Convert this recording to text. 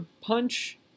punch